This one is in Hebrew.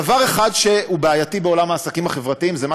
דבר אחד שהוא בעייתי בעולם העסקים החברתיים זה מה